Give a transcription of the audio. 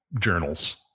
journals